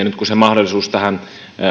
nyt kun se mahdollisuus tähän